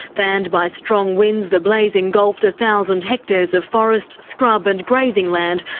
fanned by strong winds the blaze engulfed a thousand hectares of forest scrub and grazing land,